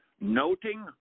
Noting